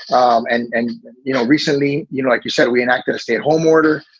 um and, and you know, recently, you know, like you said, we are not going to stay at home water.